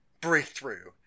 Breakthrough